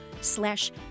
slash